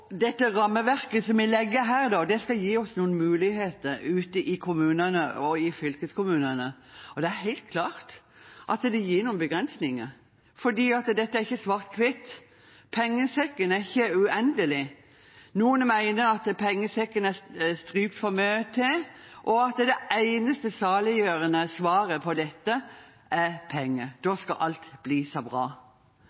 dette er ikke svart/hvitt, pengesekken er ikke uendelig. Noen mener at pengesekken er strypt for mye til, og at det eneste saliggjørende svaret på dette er penger. Da